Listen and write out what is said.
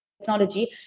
technology